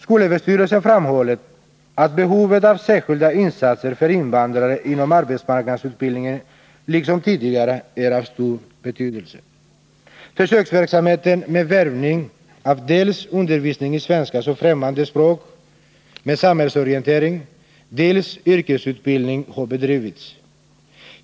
Skolöverstyrelsen framhåller att behovet av särskilda insatser för invandrare inom AMU liksom tidigare år är mycket stort. Försökåverksamhet med varvning av dels undervisningen i svenska som främmande språk med samhällsorientering, dels yrkesutbildning har bedrivits.